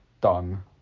done